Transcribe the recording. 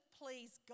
please